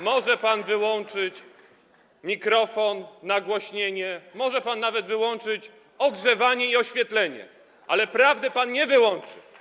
Może pan wyłączyć mikrofon, nagłośnienie, może pan nawet wyłączyć ogrzewanie i oświetlenie, ale prawdy pan nie wyłączy.